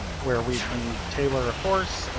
where we can tailor a course,